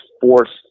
forced